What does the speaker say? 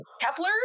kepler